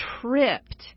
tripped